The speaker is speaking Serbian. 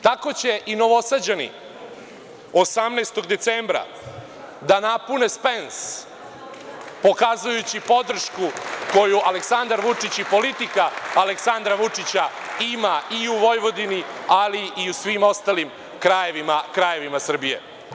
Tako će i Novosađani, 18. decembra da napune „Spens“, pokazujući podršku koju Aleksandar Vučić i politika Aleksandra Vučića ima i u Vojvodini, ali i u svim ostalim krajevima Srbije.